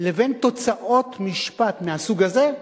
לבין תוצאות משפט מהסוג הזה?